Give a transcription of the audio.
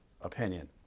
opinion